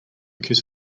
kiss